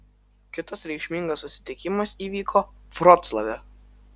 kitas reikšmingas susitikimas įvyko vroclave